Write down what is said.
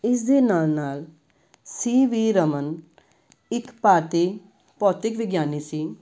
ਇਸ ਦੇ ਨਾਲ ਨਾਲ ਸੀ ਵੀ ਰਮਨ ਇੱਕ ਭਾਰਤੀ ਭੌਤਿਕ ਵਿਗਿਆਨੀ ਸੀ